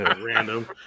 Random